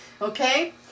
okay